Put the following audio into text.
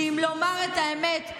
ואם לומר את האמת,